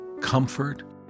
comfort